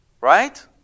Right